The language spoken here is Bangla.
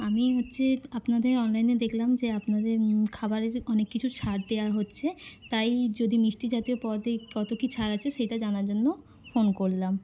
আমি হচ্ছে আপনাদের অনলাইনে দেখলাম যে আপনাদের খাবারে যে অনেক কিছু ছাড় দেওয়া হচ্ছে তাই যদি মিষ্টি জাতীয় পদে কত কী ছাড় আছে সেইটা জানার জন্য ফোন করলাম